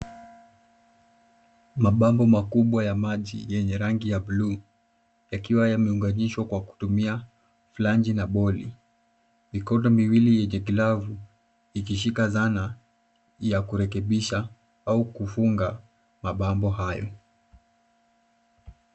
Mabomba makubwa ya maji yenye rangi ya buluu yakiwa yameunganishwa kwa kutumia planji na boli, mikono miwili yenye glavu ikishika zana ya kurekebisha au kufunga mabambo hayo.